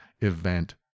event